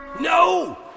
No